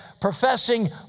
professing